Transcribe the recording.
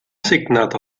assignat